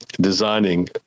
designing